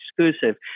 exclusive